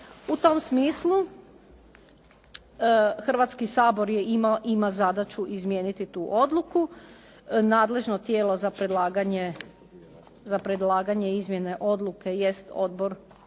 U tom smislu Hrvatski sabor ima zadaću izmijeniti tu odluku, nadležno tijelo za predlaganje izmjene odluke jest Odbor za